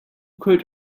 quote